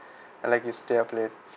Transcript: and like you stay up late